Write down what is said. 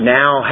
now